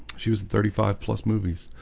she was the thirty five plus movies,